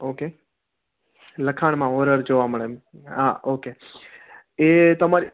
okay લખાણમાં horror જોવા મળે એમ હા ઓકે એ તમારે